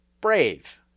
brave